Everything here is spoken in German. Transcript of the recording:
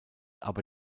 aber